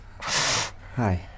Hi